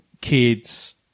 kids